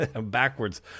backwards